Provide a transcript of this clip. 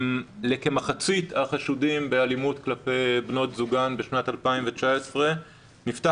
לכמחצית החשודים באלימות כלפי בנות זוגם בשנת 2019 נפתח